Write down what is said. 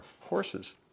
horses